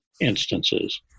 instances